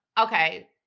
Okay